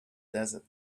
desert